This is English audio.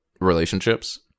relationships